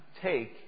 take